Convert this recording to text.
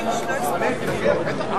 נתקבלה.